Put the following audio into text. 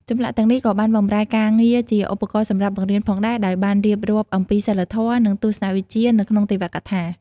ចម្លាក់ទាំងនេះក៏បានបម្រើការងារជាឧបករណ៍សម្រាប់បង្រៀនផងដែរ ដោយបានរៀបរាប់អំពីសីលធម៌ និងទស្សនវិជ្ជានៅក្នុងទេវកថា។